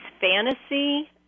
fantasy